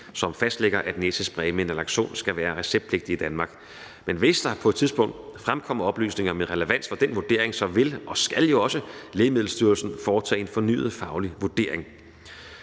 som fastlægger, at næsespray med naloxon skal være receptpligtig i Danmark; men hvis der på et tidspunkt fremkommer oplysninger med relevans for den vurdering, så vil og skal jo også Lægemiddelstyrelsen foretage en fornyet faglig vurdering.